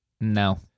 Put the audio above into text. No